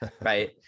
Right